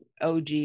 OG